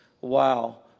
Wow